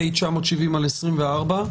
פ/970/24,